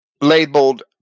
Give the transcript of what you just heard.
labeled